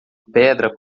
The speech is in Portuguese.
pedra